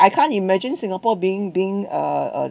I can't imagine singapore being being uh uh